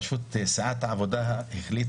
סבאח אל עדס.